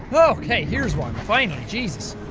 um okay, here's one finally, jesus